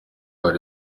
hari